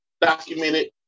documented